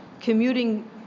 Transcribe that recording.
commuting